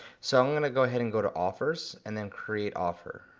so i'm gonna go ahead and go to offers, and then create offer.